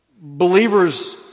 Believers